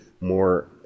more